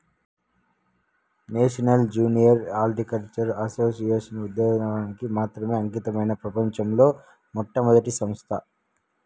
national junior horticultural association ఉద్యానవనానికి మాత్రమే అంకితమైన ప్రపంచంలో మొట్టమొదటి సంస్థ